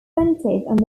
centered